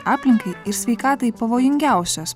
aplinkai ir sveikatai pavojingiausios